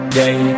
day